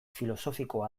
filosofikoa